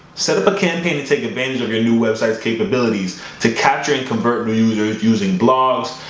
set up a campaign to take advantage of your new websites capabilities to capture and convert new users using blogs,